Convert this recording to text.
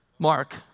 Mark